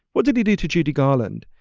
what did he do to judy garland?